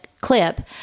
clip